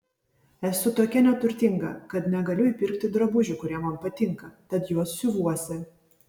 esu tokia neturtinga kad negaliu įpirkti drabužių kurie man patinka tad juos siuvuosi